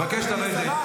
אני מבקש להוריד אותו.